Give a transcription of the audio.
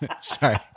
Sorry